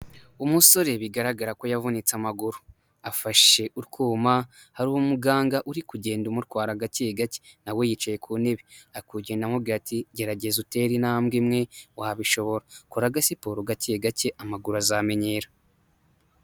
Umusore bigaragara ko yavunitse amaguru, afashe utwuma hari umuganga uri kugenda umutwara agake gake nawe yicaye ku ntebe, ari kugenda amubwira ati gerageza utere intambwe imwe wabishobora kora agasiporo gake gake amaguru azamenyera.